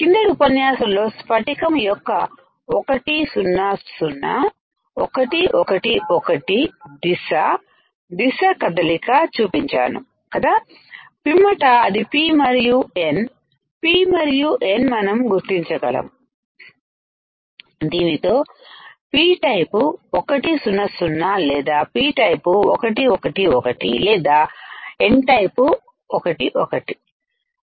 కిందటి ఉపన్యాసంలో స్పటికం యొక్క100 111 దిశ దిశ కదలిక చూపించాను కదా పిమ్మట అది P మరియు NP మరియు N మనము గుర్తించగలం దీనితో P టైపు 100 లేదా P టైపు111 లేదా N టైపు11